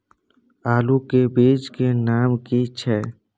आलू के बीज के नाम की छै?